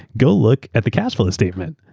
go look at the cash flow statement.